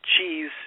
cheese